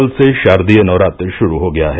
कल से शारदीय नवरात्र श्रू हो गया है